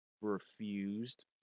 refused